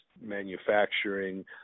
manufacturing